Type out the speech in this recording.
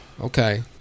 okay